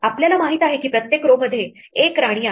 आपल्याला माहित आहे की प्रत्येक row मध्ये एक राणी आहे